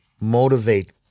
motivate